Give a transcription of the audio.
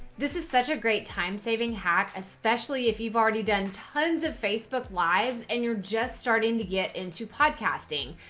this is such a great time-saving hack, especially if you've already done tons of facebook lives and you're just starting to get into podcasting.